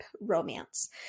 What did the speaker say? romance